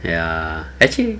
ya I think